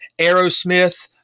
Aerosmith